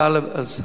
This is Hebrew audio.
טלב אלסאנע.